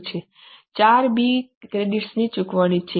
4 B creditors ની ચૂકવણી છે